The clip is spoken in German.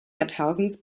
jahrtausends